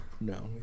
No